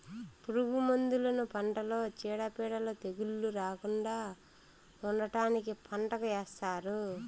పురుగు మందులను పంటలో చీడపీడలు, తెగుళ్ళు రాకుండా ఉండటానికి పంటకు ఏస్తారు